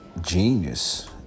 Genius